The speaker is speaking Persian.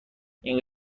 این